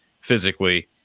physically